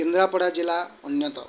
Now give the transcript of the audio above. କେନ୍ଦ୍ରାପଡ଼ା ଜିଲ୍ଲା ଅନ୍ୟତମ